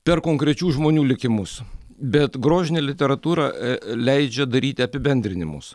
per konkrečių žmonių likimus bet grožinė literatūra leidžia daryti apibendrinimus